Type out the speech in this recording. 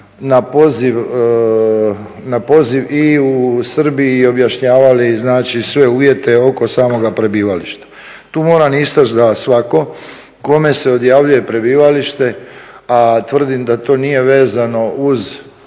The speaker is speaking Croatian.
na poziv i u Srbiji i objašnjavali znači sve uvjete oko samoga prebivališta. Tu moram istaknuti da svatko kome se odjavljuje prebivalište, a tvrdim da to nije vezano uz